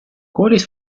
koolis